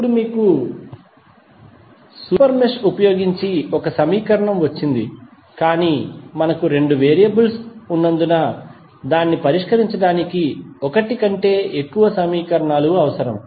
ఇప్పుడు మీకు super mesh ఉపయోగించి ఒక సమీకరణం వచ్చింది కాని మనకు రెండు వేరియబుల్స్ ఉన్నందున దాన్ని పరిష్కరించడానికి ఒకటి కంటే ఎక్కువ సమీకరణాలు అవసరం